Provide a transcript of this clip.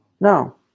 No